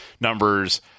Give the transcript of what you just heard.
numbers